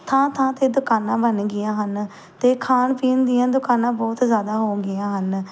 ਥਾਂ ਥਾਂ 'ਤੇ ਦੁਕਾਨਾਂ ਬਣ ਗਈਆਂ ਹਨ ਅਤੇ ਖਾਣ ਪੀਣ ਦੀਆਂ ਦੁਕਾਨਾਂ ਬਹੁਤ ਜ਼ਿਆਦਾ ਹੋ ਗਈਆਂ ਹਨ